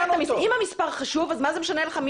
המספר חשוב ואנחנו נדע את המספר.